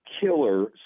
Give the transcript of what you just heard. killer